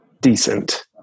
decent